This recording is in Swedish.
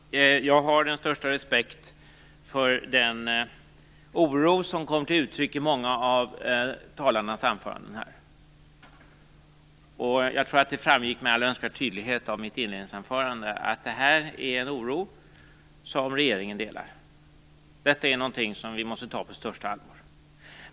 Fru talman! Jag har den största respekt för den oro som kommer till uttryck i många av talarnas anföranden. Jag tror att det framgick med all önskvärd tydlighet av mitt inledningsanförande att det är en oro som regeringen delar. Detta är något som vi måste ta på största allvar.